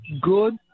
good